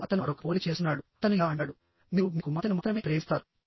ఇప్పుడు అతను మరొక పోలిక చేస్తున్నాడు అతను ఇలా అంటాడు మీరు మీ కుమార్తెను మాత్రమే ప్రేమిస్తారు